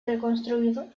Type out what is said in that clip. reconstruido